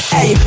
Hey